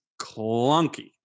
clunky